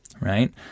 right